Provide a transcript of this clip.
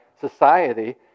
society